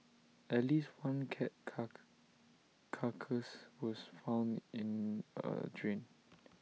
at least one cat car carcass was found in A drain